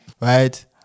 Right